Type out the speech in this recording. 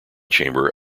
chamber